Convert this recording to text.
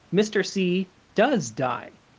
mr. c does die.